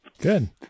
Good